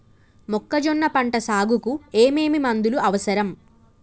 మొక్కజొన్న పంట సాగుకు ఏమేమి మందులు అవసరం?